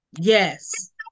Yes